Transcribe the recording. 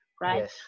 right